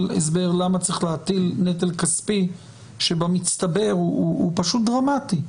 הסבר למה צריך להטיל נטל כספי שבמצטבר הוא פשוט דרמטי.